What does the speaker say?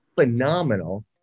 phenomenal